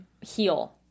heal